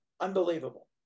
unbelievable